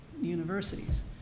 universities